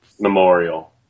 memorial